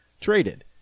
traded